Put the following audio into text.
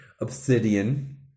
obsidian